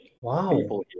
Wow